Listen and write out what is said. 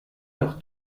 leur